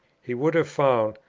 he would have found,